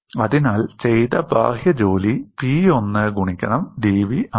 അതിനാൽ ചെയ്ത ബാഹ്യ ജോലി P1 ഗുണിക്കണം dv ആണ്